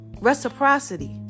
Reciprocity